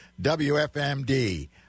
WFMD